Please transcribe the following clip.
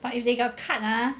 but if they got cut ah